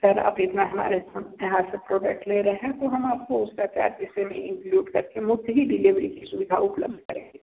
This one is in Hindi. सर आप इतना हमारे यहाँ से प्रोडक्ट ले रहे हैं तो हम आपको उसका कैश इसी में ही इंक्लुड करके मुफ़्त ही डिलीवरी की सुविधा उपलब्ध करेंगे